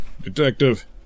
detective